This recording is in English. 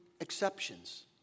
exceptions